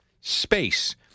space